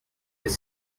les